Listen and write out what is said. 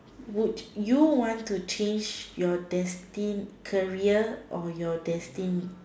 would you want to change your destined career or your destined